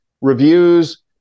Reviews